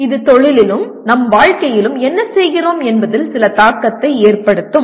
இது தொழிலிலும் நம் வாழ்க்கையிலும் என்ன செய்கிறோம் என்பதில் சில தாக்கத்தை ஏற்படுத்தும்